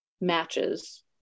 matches